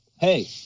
Hey